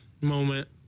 moment